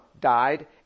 died